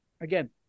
again